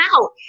out